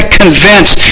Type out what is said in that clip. convinced